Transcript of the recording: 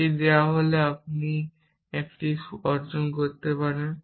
এটি দেওয়া হলে আপনি এটি অর্জন করতে পারেন